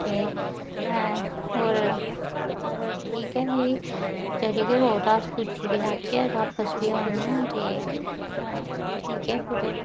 ते होर ठीक ऐ फिरी चली गै पौगे ते अस पुज्जी गै जाह्गे बापस बी औना ऐ ते ठीक ऐ फिर